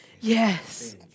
Yes